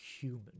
human